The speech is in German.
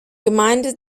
gemeinde